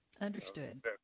Understood